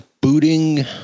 booting